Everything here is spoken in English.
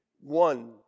one